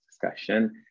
discussion